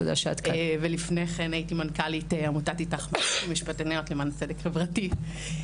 ולפני כן הייתי מנכ"לית עמותת 'איתך משפטניות למען צדק חברתי'.